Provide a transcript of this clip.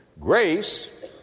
grace